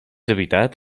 habitat